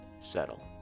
settle